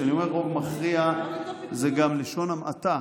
וכשאני אומר "רוב מכריע" זה גם לשון המעטה,